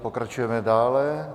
Pokračujeme dále.